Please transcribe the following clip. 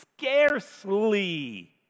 scarcely